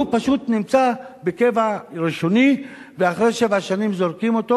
והוא פשוט נמצא בקבע ראשוני ואחרי שבע שנים זורקים אותו.